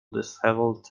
dishevelled